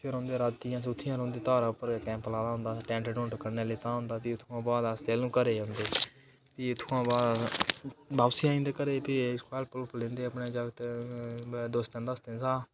उत्थै ई रौंह्दे रातीं उत्थै ई रौंह्दे धारा उप्पर ई असें कैंप लाए दा होंदा असें टैंट टुंट कन्नै लेता होंदा फ्ही इत्थुआं बाद अस तैह्लूं घरै ई औंदे फ्ही इत्थुआं बाद वापसी आई जंदे घरै ई फ्ही हैल्प हुल्प लैंदे अपनै जागतै यार दोस्तें दास्तें दा